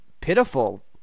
pitiful